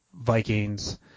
vikings